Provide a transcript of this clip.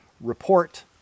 report